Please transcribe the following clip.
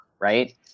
right